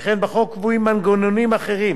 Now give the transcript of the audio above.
שכן בחוק קבועים מנגנונים אחרים